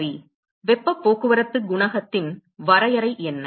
சரி வெப்பப் போக்குவரத்து குணகத்தின் வரையறை என்ன